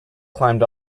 climbed